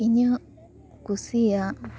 ᱤᱧᱟᱹᱜ ᱠᱩᱥᱤᱭᱟᱜ